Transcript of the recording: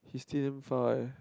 he stay damn far eh